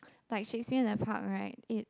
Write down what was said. like she sit in the park right it